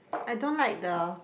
I don't like the